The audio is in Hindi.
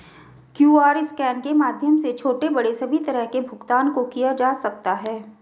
क्यूआर स्कैन के माध्यम से छोटे बड़े सभी तरह के भुगतान को किया जा सकता है